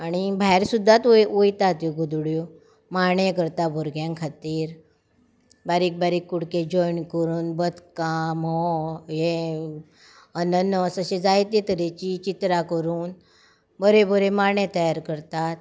आनी भायर सुद्दां वय वयतात ह्यो गोदड्यो माणे करता भुरग्यां खातीर बारीक बारीक कुडके जॉयन करून बदकां म्होंव हें अननस अशे जायते तरेचीं चित्रां करून बरे बरे माणे तयार करतात